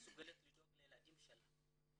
מסוגלת לדאוג לילדים שלה.